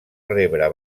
rebre